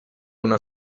una